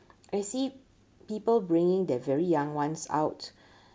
I see people bringing the very young ones out